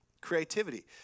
Creativity